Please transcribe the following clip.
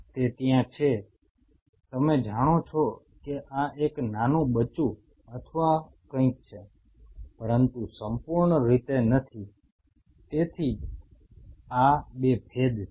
તે ત્યાં છે તમે જાણો છો કે આ એક નાનું બચ્ચું અથવા કંઈક છે પરંતુ સંપૂર્ણ રીતે નથી તેથી જ આ 2 ભેદ છે